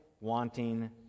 wanting